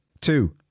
Two